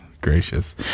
gracious